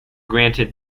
granted